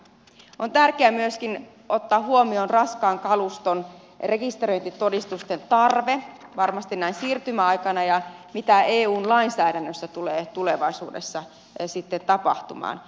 on tärkeää myöskin ottaa huomioon raskaan kaluston rekisteröintitodistusten tarve varmasti näin siirtymäaikana ja mitä eun lainsäädännössä tulee tulevaisuudessa sitten tapahtumaan